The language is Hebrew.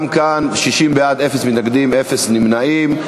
גם כאן, 60 בעד, אפס מתנגדים, אפס נמנעים.